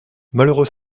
malheureux